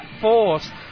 force